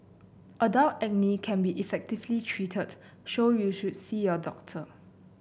adult acne can be effectively treated so you should see your doctor